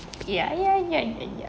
ya ya ya ya